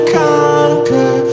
conquer